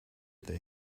they